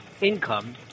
income